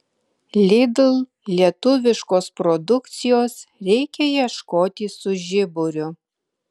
lidl lietuviškos produkcijos reikia ieškoti su žiburiu